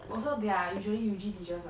also they are usually U_G teachers [what]